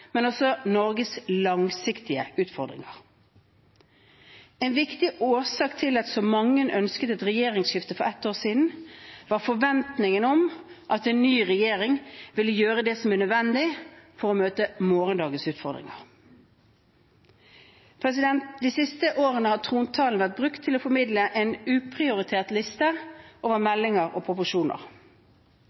men også Norges langsiktige utfordringer. En viktig årsak til at så mange ønsket et regjeringsskifte for ett år siden, var forventningene om at en ny regjering ville gjøre det som er nødvendig for å møte morgendagens utfordringer. De siste årene har trontalen vært brukt til å formidle en uprioritert liste over meldinger og